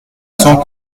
cents